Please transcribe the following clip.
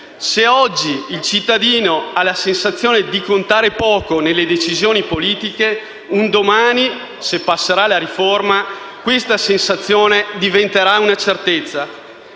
Se oggi il cittadino ha la sensazione di contare poco nelle decisioni politiche, un domani, se passerà la riforma, questa sensazione diventerà una certezza.